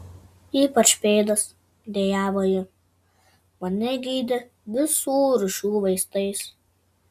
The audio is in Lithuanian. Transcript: ypač pėdas dejavo ji mane gydė visų rūšių vaistais